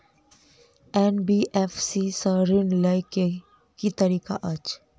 NBFC सँ ऋण लय केँ की तरीका अछि?